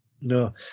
No